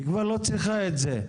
היא כבר לא צריכה את זה.